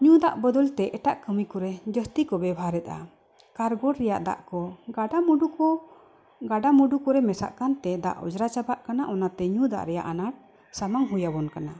ᱧᱩ ᱫᱟᱜ ᱵᱚᱫᱚᱞᱛᱮ ᱮᱴᱟᱜ ᱠᱟᱹᱢᱤ ᱠᱚᱨᱮ ᱡᱟᱹᱥᱛᱤ ᱠᱚ ᱵᱮᱵᱚᱦᱟᱨ ᱮᱫᱟ ᱠᱟᱨᱜᱳᱨ ᱨᱮᱭᱟᱜ ᱫᱟᱜ ᱠᱚ ᱜᱟᱰᱟᱼᱢᱩᱰᱩ ᱠᱚ ᱜᱟᱰᱟᱼᱢᱩᱰᱩ ᱠᱚᱨᱮ ᱢᱮᱥᱟᱜ ᱠᱟᱱᱛᱮ ᱫᱟᱜ ᱚᱸᱡᱽᱨᱟ ᱪᱟᱵᱟᱜ ᱠᱟᱱᱟ ᱚᱱᱟᱛᱮ ᱧᱩ ᱫᱟᱜ ᱨᱮᱭᱟᱜ ᱟᱱᱟᱴ ᱥᱟᱢᱟᱝ ᱦᱩᱭᱟᱵᱚᱱ ᱠᱟᱱᱟ